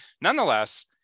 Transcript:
nonetheless